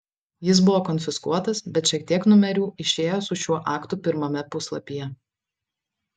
jis buvo konfiskuotas bet šiek tiek numerių išėjo su šiuo aktu pirmame puslapyje